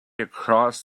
across